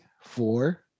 four